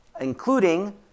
including